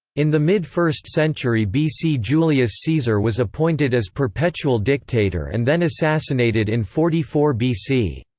in the mid first century bc julius caesar was appointed as perpetual dictator and then assassinated in forty four bc.